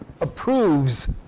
approves